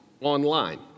online